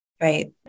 Right